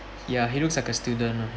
ya he looks like a student lah